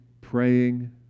praying